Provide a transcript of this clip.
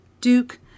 Duke